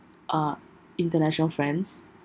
uh international friends